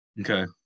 Okay